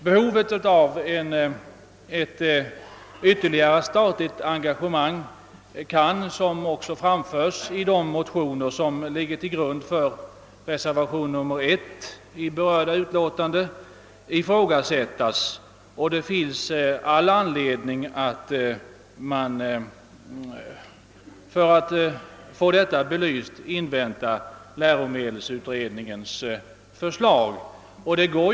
Behovet av ytterligare statligt engagemang på området kan, som också framhållits i de motioner som ligger till grund för reservationen 1 — ifrågasättas, och det finns all anledning att invänta läromedelsutredningens förslag för att få frågan belyst.